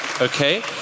Okay